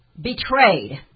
betrayed